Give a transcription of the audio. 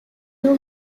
new